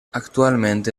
actualmente